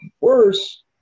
worse